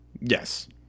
Yes